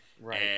Right